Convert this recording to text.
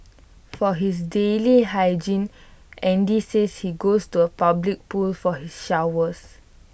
for his daily hygiene Andy says he goes to A public pool for his showers